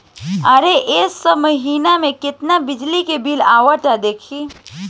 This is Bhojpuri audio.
ओर का सब महीना में कितना के बिजली बिल आवत दिखाई